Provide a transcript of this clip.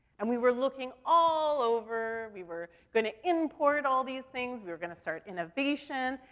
and we were looking all over, we were gonna import all these things, we were gonna start innovation,